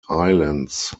islands